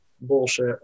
bullshit